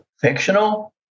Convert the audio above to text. fictional